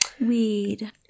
weed